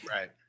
Right